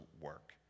work